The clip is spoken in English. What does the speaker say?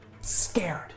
scared